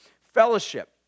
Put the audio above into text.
fellowship